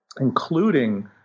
including